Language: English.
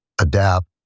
adapt